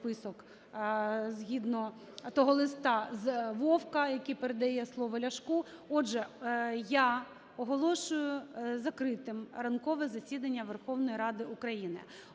згідно того листа, з Вовка, який передає слово Ляшку. Отже, я оголошую закритим ранкове засідання Верховної Ради України.